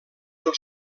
del